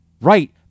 Right